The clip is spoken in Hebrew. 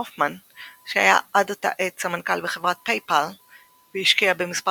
הופמן – שהיה עד אותה עת סמנכ"ל בחברת PayPal והשקיע במספר